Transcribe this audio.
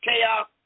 chaos